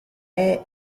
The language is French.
est